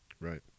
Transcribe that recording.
Right